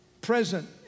present